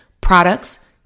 products